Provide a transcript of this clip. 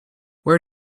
where